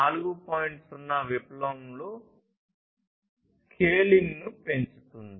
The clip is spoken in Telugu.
0 విప్లవంలో స్కేలింగ్ను పెంచుతుంది